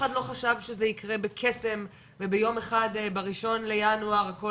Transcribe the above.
לא חשב שזה יקרה בקסם וביום אחד ב- 1.1 הכל